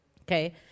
Okay